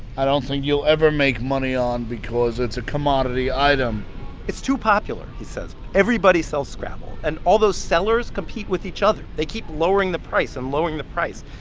i don't think you'll ever make money on because it's a commodity item it's too popular, he says. everybody sells scrabble. and although sellers compete with each other, they keep lowering the price and lowering the price.